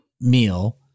meal